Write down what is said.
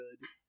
good